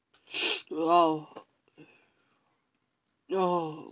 !wow! oh